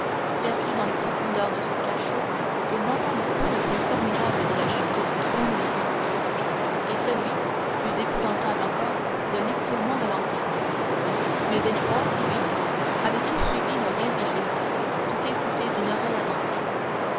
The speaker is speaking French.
perdu dans les profondeurs de son cachot il n'entendit point le bruit formidable de la chute du trône de louis xviii et celui plus épouvantable encore de l'écroulement de l'empire mais villefort lui avait tout suivi d'un oeil vigilant tout écouté d'une oreille attentive